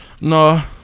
No